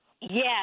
Yes